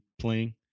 playing